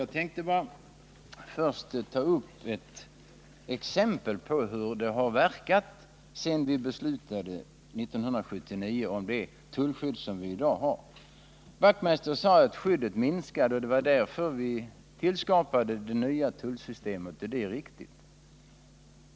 Jag tänkte bara ge ett exempel på hur bestämmelserna har verkat sedan vi 1979 beslutade om det tullskydd vi i dag har. Knut Wachtmeister sade att skyddet minskade och att det var därför vi tillskapade det nya tullsystemet, och det är riktigt.